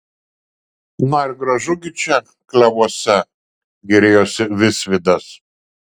na ir gražu gi čia klevuose gėrėjosi visvydas